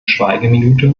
schweigeminute